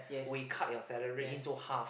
we cut your salary into half